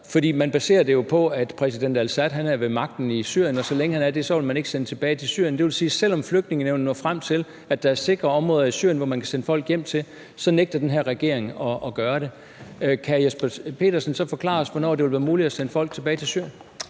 fordi man jo baserer det på, at præsident al-Assad er ved magten i Syrien, og så længe han er det, vil man ikke sende folk tilbage til Syrien. Det vil sige, at selv om Flygtningenævnet når frem til, at der er sikre områder i Syrien, som man kan sende folk hjem til, så nægter den her regering at gøre det. Kan hr. Jesper Petersen så forklare os, hvornår det vil være muligt at sende folk tilbage til Syrien?